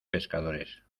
pescadores